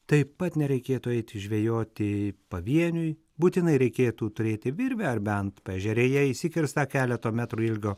taip pat nereikėtų eiti žvejoti pavieniui būtinai reikėtų turėti virvę ar bent paežerėje išsikirstą keleto metrų ilgio